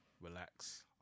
relax